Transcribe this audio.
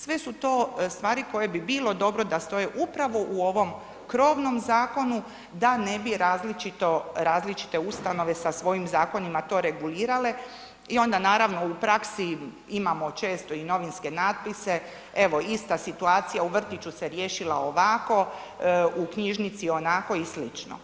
Sve su to stvari koje bi bile dobre da stoje upravo u ovom krovnom zakonu da ne bi različite ustanove sa svojim zakonima to regulirale i onda naravno u praksi imamo često i novinske natpise, evo ista situacija u vrtiću se riješila ovako, u knjižnici onako i slično.